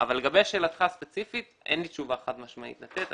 לשאלתך הספציפית, אין לי תשובה חד משמעית לתת.